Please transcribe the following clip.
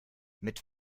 mit